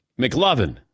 McLovin